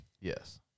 Yes